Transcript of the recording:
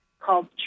Called